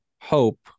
hope